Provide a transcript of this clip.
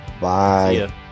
bye